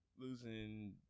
Losing